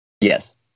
Yes